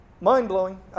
Mind-blowing